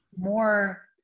more